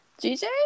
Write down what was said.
G-J